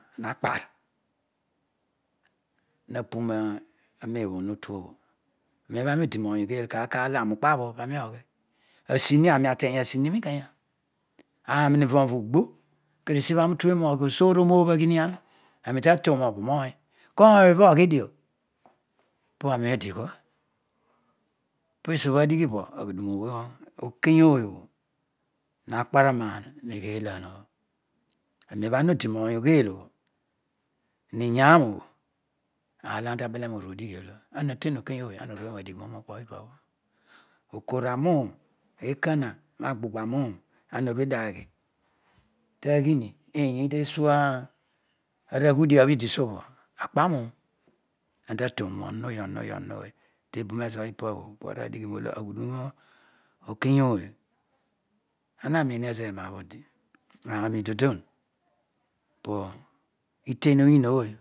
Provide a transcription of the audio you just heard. Nakpaar hapu na anem obho hotu obho anem obho aani amukpugh oh pani oghi asigh no ani ateny asighi nikeya anmi milo nino ugbo pani oghi osoor obobh aghini ami, kedio eesibha ami utuon nogh osoor onabh aghini ami kedio eesibha ani utuwnu nogh osoor onabh ani tatoon obahy aku abhong kony obho oghidio pani odikua pesu bho adighiba aghuduni okeyaooy obho nakpananun nigheeina obho anen bho ana odi nooy ugheel obho ni yaem obho aar olo ana ta behe noruodighi oolo anaten okeyooy ana oruodio adighi noon okpo ipabho okoogh anuun ekong agbu gha anuuna ana oruedio aghi taghuidia obho iditesuo obho akpanuun anta tun nohsn ooy tebumezobho ipas bho arua dighi nezolo oke eeng ana nin ezo ena bho odi ainrui dodon po ite ohy ooy